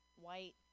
white